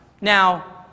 Now